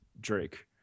Drake